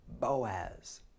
Boaz